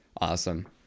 Awesome